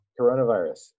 coronavirus